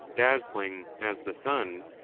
dazzling as the sun,